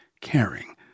caring